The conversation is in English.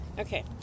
Okay